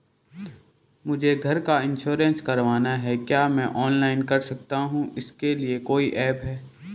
मुझे घर का इन्श्योरेंस करवाना है क्या मैं ऑनलाइन कर सकता हूँ इसके लिए कोई ऐप है?